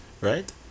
right